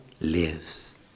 lives